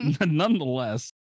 nonetheless